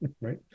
Right